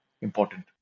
important